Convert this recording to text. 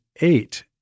eight